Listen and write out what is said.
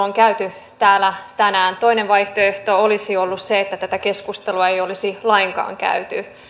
on käyty täällä tänään toinen vaihtoehto olisi ollut se että tätä keskustelua ei olisi lainkaan käyty